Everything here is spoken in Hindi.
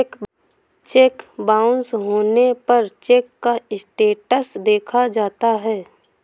चेक बाउंस होने पर चेक का स्टेटस देखा जाता है